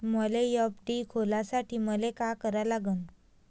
मले एफ.डी खोलासाठी मले का करा लागन?